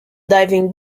diving